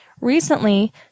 recently